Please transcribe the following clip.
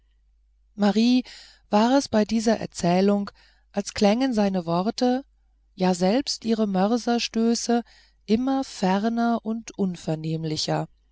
marien war es bei dieser erzählung als klängen seine worte ja selbst ihre mörserstöße immer ferner und